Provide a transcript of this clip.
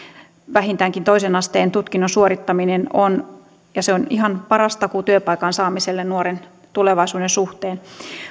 vähintäänkin toisen asteen tutkinnon suorittaminen on ja se on ihan paras takuu työpaikan saamiselle nuoren tulevaisuuden suhteen